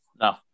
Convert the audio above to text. No